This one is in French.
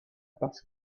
parce